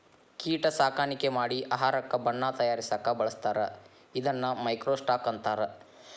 ಕೇಟಾ ಸಾಕಾಣಿಕೆ ಮಾಡಿ ಆಹಾರಕ್ಕ ಬಣ್ಣಾ ತಯಾರಸಾಕ ಬಳಸ್ತಾರ ಇದನ್ನ ಮೈಕ್ರೋ ಸ್ಟಾಕ್ ಅಂತಾರ